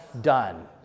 done